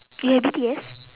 you have B_T_S